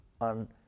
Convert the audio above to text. on